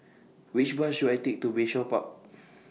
Which Bus should I Take to Bayshore Park